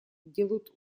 делают